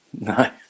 No